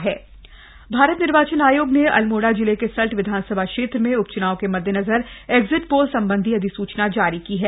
exit poll प्रतिबंध भारत निर्वाचन आयोग ने अल्मोड़ा जिले के सल्ट विधानसभा क्षेत्र में उपच्नाव के मद्देनजर एग्जिट पोल संबंधी अधिसूचना जारी की है